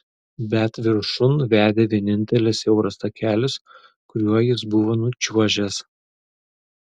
bet viršun vedė vienintelis siauras takelis kuriuo jis buvo nučiuožęs